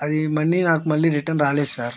అది మనీ నాకు మళ్ళీ రిటర్న్ రాలేదు సార్